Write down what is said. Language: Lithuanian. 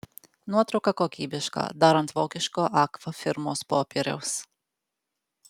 nuotrauka kokybiška dar ant vokiško agfa firmos popieriaus